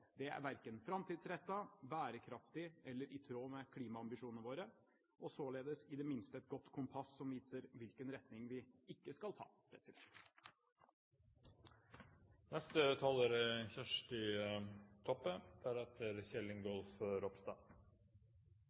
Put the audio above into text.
Det er verken framtidsrettet, bærekraftig eller i tråd med klimaambisjonene våre og er således i det minste et godt kompass som viser hvilken retning vi ikke skal ta. «Politikk er